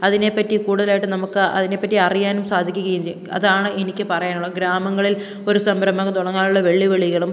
അതിനെ പറ്റി കൂടുതലായിട്ട് നമുക്ക് അതിനെ പറ്റി അറിയാൻ സാധിക്കുകയും ചെയ്യും അതാണ് എനിക്ക് പറയാനുള്ളത് ഗ്രാമങ്ങളിൽ ഒരു സംരംഭം തുടങ്ങാനുള്ള വെല്ലുവിളികളും